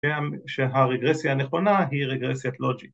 גם שהרגרסיה הנכונה ‫היא רגרסיית לוג'י.